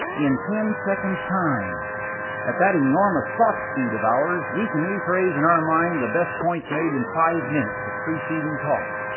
in ten seconds time at that enormous thought speed of ours we can rephrase in our mind the best points made in five minutes of preceding talk.